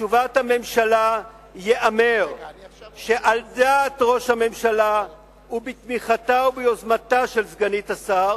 בתשובת הממשלה ייאמר שעל דעת ראש הממשלה ובתמיכתה וביוזמתה של סגנית השר